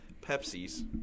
Pepsis